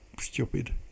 stupid